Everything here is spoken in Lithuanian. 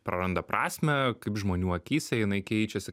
praranda prasmę kaip žmonių akyse jinai keičiasi